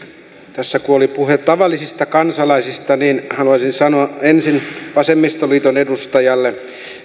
tässä kun oli puhe tavallisista kansalaisista niin haluaisin sanoa ensin vasemmistoliiton edustajalle